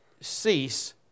cease